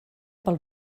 pel